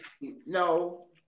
no